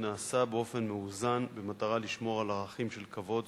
נעשה באופן מאוזן במטרה לשמור על ערכים של כבוד,